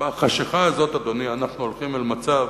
בחשכה הזאת, אדוני, אנחנו הולכים אל מצב